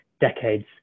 decades